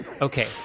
Okay